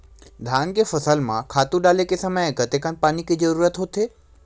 धान के फसल म खातु डाले के समय कतेकन पानी के जरूरत होथे?